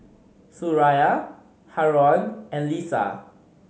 Suria Haron and Lisa